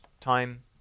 time